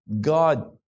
God